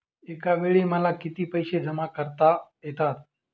एकावेळी मला किती पैसे जमा करता येतात?